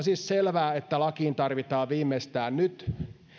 siis selvää että lakiin tarvitaan viimeistään nyt